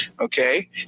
okay